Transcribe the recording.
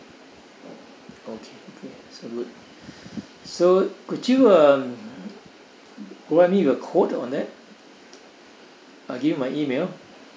okay great so good so could you um provide me with a quote on that I'll give you my email